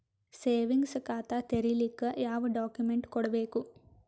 Savings ಖಾತಾ ತೇರಿಲಿಕ ಯಾವ ಡಾಕ್ಯುಮೆಂಟ್ ಕೊಡಬೇಕು?